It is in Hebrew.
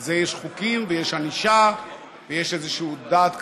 על זה יש חוקים ויש ענישה ויש איזושהי דעת קהל,